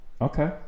Okay